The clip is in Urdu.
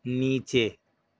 نیچے